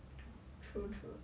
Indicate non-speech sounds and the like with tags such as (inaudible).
(noise) true true